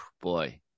boy